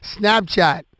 Snapchat